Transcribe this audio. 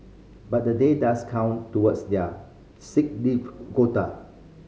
but the day does count towards their sick leave quota